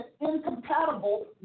incompatible